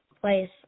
place